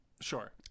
Sure